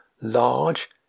large